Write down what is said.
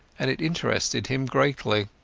and it interested him greatly.